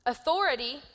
Authority